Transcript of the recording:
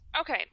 Okay